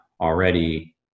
already